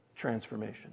transformation